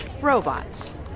robots